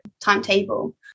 timetable